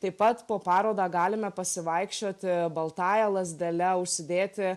taip pat po parodą galime pasivaikščioti baltąja lazdele užsidėti